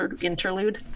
interlude